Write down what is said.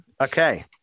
Okay